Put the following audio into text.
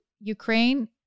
Ukraine